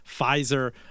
Pfizer